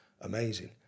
amazing